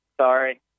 sorry